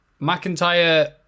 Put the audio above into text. McIntyre